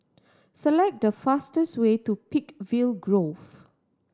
select the fastest way to Peakville Grove